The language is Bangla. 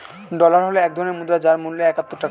ডলার হল এক ধরনের মুদ্রা যার মূল্য একাত্তর টাকা